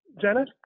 Janet